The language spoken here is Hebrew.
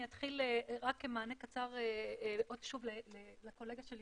אני אתחיל רק כמענה קצר לקולגה שלי,